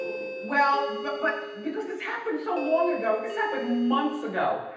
well, but, but because this happened so long ago. this happened months ago.